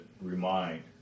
remind